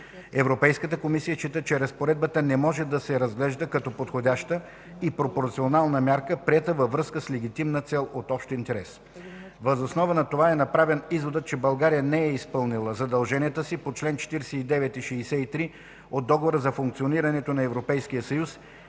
Европейската комисия счита, че разпоредбата не може да се разглежда като подходяща и пропорционална мярка, приета във връзка с легитимна цел от общ интерес. Въз основа на това е направен изводът, че България не е изпълнила задълженията си по чл. 49 и 63 от Договора за функционирането на Европейския съюз